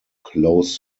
close